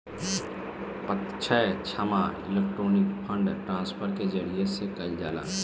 प्रत्यक्ष जमा electronic fund transfer के जरिया से कईल जाला